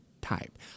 type